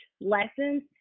lessons